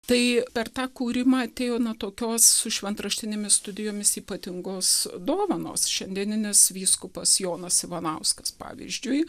tai per tą kūrimą atėjo na tokios su šventraštinėmis studijomis ypatingos dovanos šiandieninis vyskupas jonas ivanauskas pavyzdžiui